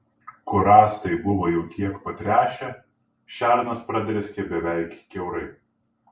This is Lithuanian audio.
kur rąstai buvo jau kiek patręšę šernas pradrėskė beveik kiaurai